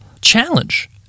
challenge